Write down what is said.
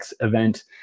event